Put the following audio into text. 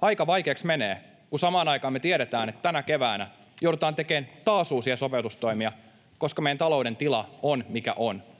Aika vaikeaksi menee, kun samaan aikaan me tiedämme, että tänä keväänä joudutaan tekemään taas uusia sopeutustoimia, koska meidän taloutemme tila on mikä on.